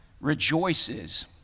rejoices